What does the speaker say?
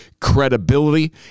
credibility